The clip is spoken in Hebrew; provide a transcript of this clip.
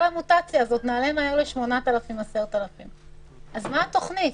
המוטציה נעלה מהר ל-8,000 10,000. אז מה התוכנית?